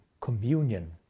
communion